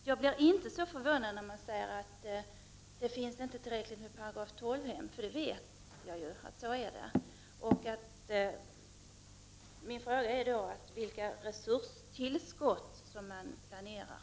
Jag blir inte så förvånad när människor säger att det inte finns tillräckligt antal § 12-hem, för jag vet ju att det är på det viset. Min fråga är därför: Vilka resurstillskott planeras?